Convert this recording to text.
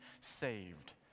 saved